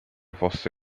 fosse